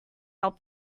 help